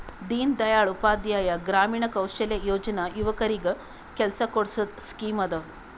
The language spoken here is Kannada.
ದೀನ್ ದಯಾಳ್ ಉಪಾಧ್ಯಾಯ ಗ್ರಾಮೀಣ ಕೌಶಲ್ಯ ಯೋಜನಾ ಯುವಕರಿಗ್ ಕೆಲ್ಸಾ ಕೊಡ್ಸದ್ ಸ್ಕೀಮ್ ಅದಾ